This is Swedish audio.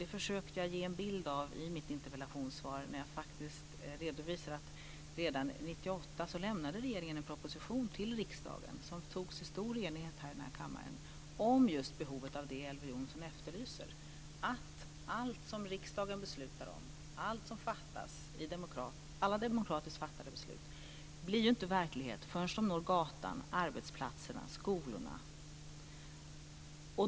Det försökte jag ge en bild av i mitt interpellationssvar, när jag faktiskt redovisade att regeringen redan 1998 lämnade en proposition till riksdagen som antogs med stor enighet i den här kammaren, om just behovet av det Elver Jonsson efterlyser: att allt som riksdagen beslutar om och alla demokratiskt fattade beslut ju inte blir verklighet förrän de når gatan, arbetsplatserna, skolorna etc.